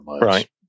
right